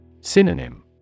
Synonym